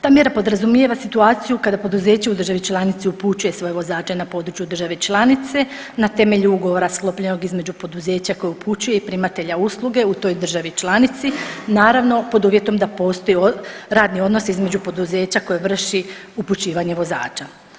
Ta mjera podrazumijeva situaciju kada poduzeće u državi članici upućuje svoje vozače na području države članice na temelju ugovora sklopljenog između poduzeća koje upućuje i primatelja usluge u toj državi članici, naravno pod uvjetom da postoji radni odnos između poduzeća koje vrši upućivanje vozača.